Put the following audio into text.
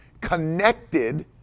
connected